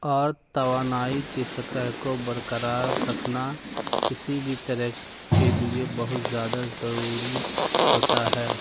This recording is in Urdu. اور توانائی کی سطح کو برقرار رکھنا کسی بھی تیراک کے لیے بہت زیادہ ضروری ہوتا ہے